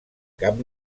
cap